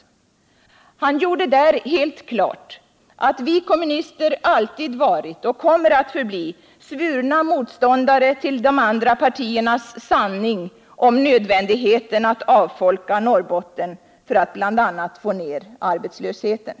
Han gjorde där helt klart att vi kommunister alltid varit och kommer att förbli svurna motståndare till de andra partiernas sanning att det är nödvändigt att avfolka Norrbotten för att bl.a. få ner arbetslösheten.